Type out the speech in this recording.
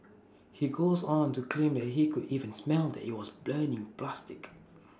he goes on to claim that he could even smell that IT was burning plastic